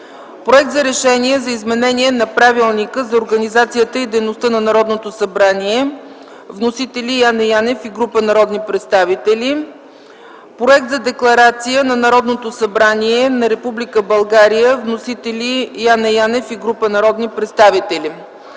Проект на решение за изменение на Правилника за организацията и дейността на Народното събрание. (Вносители: Яне Янев и група народни представители.) 11. Проект за декларация на Народното събрание на Република България. (Вносители: Яне Янев и група народни представители.)